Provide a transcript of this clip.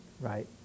right